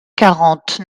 quarante